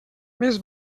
més